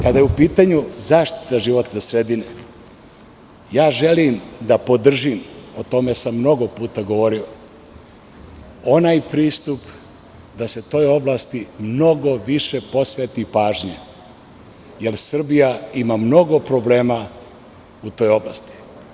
Kada je u pitanju zaštita životne sredine, želim da podržim, o tome sam mnogo puta govorio onaj pristup, da se toj oblasti mnogo više posveti pažnje, jer Srbija ima mnogo problema u toj oblasti.